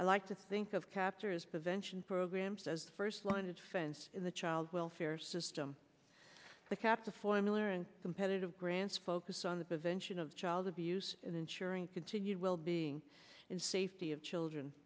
i like to think of captures prevention programs as the first learned fence in the child welfare system but kept the formular and competitive grants focus on the prevention of child abuse and ensuring continued wellbeing and safety of children